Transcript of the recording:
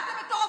אתם מטורפים.